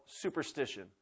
superstition